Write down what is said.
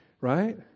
right